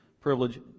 privilege